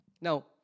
Now